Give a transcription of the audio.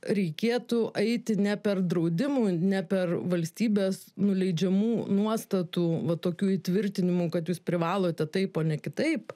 reikėtų eiti ne per draudimų ne per valstybės nuleidžiamų nuostatų va tokių įtvirtinimų kad jūs privalote taip o ne kitaip